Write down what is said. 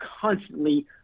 constantly